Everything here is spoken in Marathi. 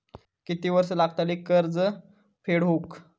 किती वर्षे लागतली कर्ज फेड होऊक?